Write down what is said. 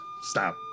stop